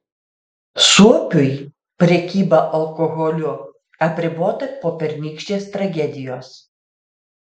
suopiui prekyba alkoholiu apribota po pernykštės tragedijos